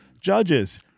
judges